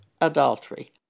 adultery